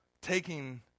taking